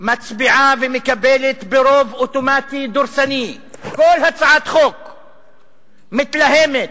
מצביעה ומקבלת ברוב אוטומטי דורסני כל הצעת חוק מתלהמת,